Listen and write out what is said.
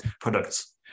products